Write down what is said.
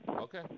Okay